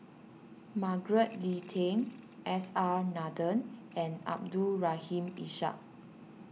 Margaret Leng Tan S R Nathan and Abdul Rahim Ishak